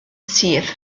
syth